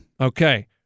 Okay